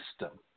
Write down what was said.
system